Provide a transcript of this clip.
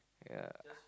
yeah